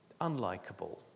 unlikable